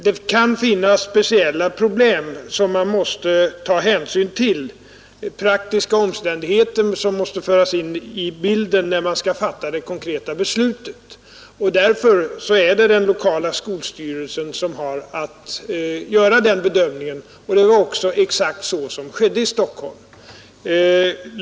Det kan finnas speciella problem som man måste ta hänsyn till, praktiska omständigheter som måste föras in i bilden när man skall fatta det konkreta beslutet. Därför har den lokala skolstyrelsen att göra denna bedömning. Exakt så skedde också i Stockholm.